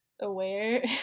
aware